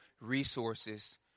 resources